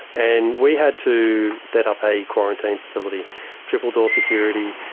and we had to set up a quarantine facility triple-door security,